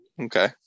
Okay